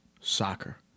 soccer